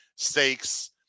stakes